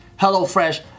HelloFresh